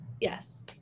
Yes